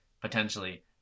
potentially